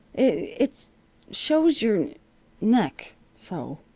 it shows your neck so,